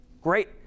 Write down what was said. Great